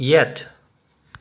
ꯌꯦꯠ